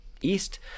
East